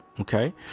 okay